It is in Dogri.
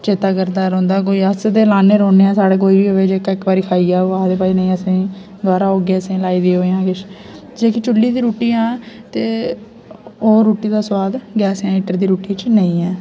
चेता करदा रौंह्दा कोई अस ते लान्ने रौह्ने आ साढ़े कोई बी आवै इक बारी जेह्का इक बारी खाई जा ओह् आखदे भई असेंगी दबारा आह्गे असें लाई देआ जेह्की चुल्ली दी रुट्टी ऐ ते ओह् रुट्टी दा स्वाद गैस हीटर दी रुट्टी च नेईं ऐ